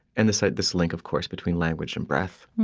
and this ah this link, of course, between language and breath,